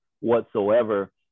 whatsoever